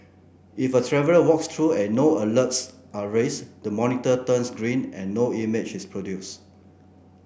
if a traveller walks through and no alerts are raised the monitor turns green and no image is produced